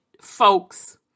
folks